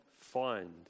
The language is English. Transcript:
find